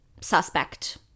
suspect